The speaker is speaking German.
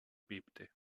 bebte